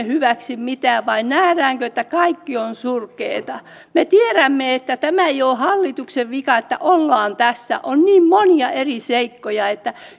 hyväksi mitään vai näemmekö että kaikki on surkeata me tiedämme että tämä ei ole hallituksen vika että ollaan tässä on niin monia eri seikkoja